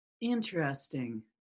Interesting